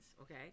okay